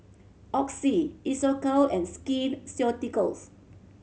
Oxy Isocal and Skin Ceuticals